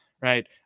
right